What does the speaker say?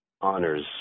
honors